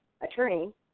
attorney